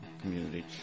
community